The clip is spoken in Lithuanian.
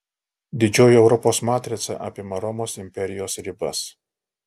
didžioji europos matrica apima romos imperijos ribas